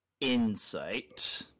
Insight